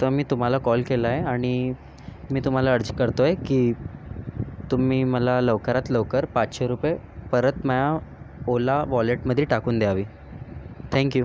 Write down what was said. तर मी तुम्हाला कॉल केला आहे आणि मी तुम्हाला अर्ज करतोय की तुम्ही मला लवकरात लवकर पाचशे रुपये परत माह्या ओला वॉलेटमध्ये टाकून द्यावे थँक यू